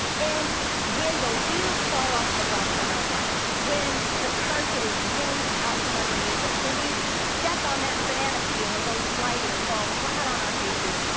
and when the wheels fall off the bus in our life, when the carpet is yanked out from underneath us, when we step on that banana peel, and go sliding, and fall flat on our face,